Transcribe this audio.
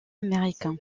américain